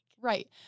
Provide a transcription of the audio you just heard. right